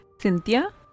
Cynthia